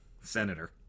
senator